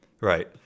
Right